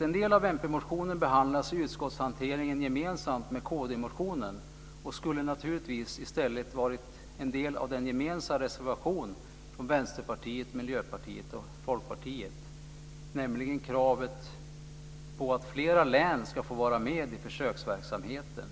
en del av mp-motionen behandlas i utskottshanteringen gemensamt med kdmotionen och skulle naturligtvis i stället ha varit en del av den gemensamma reservationen från Vänsterpartiet, Miljöpartiet och Folkpartiet. Det gäller nämligen kravet på att flera län ska få vara med i försöksverksamheten.